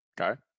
Okay